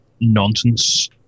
nonsense